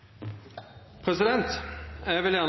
Eg vil gjerne